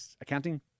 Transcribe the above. accounting